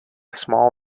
small